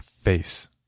face